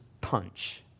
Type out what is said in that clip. punch